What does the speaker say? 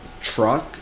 truck